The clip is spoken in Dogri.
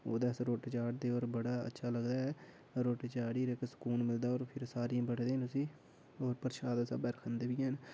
ओह्दे आस्तै रोट्ट चाढ़दे होर बड़ा अच्छा लगदा ऐ रोट्ट चाढ़ी'र इक सुकून मिलदा होर फिर सारे बड्ढदे न उसी होर परशाद दे स्हाबै खंदे बी हैन